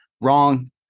wrong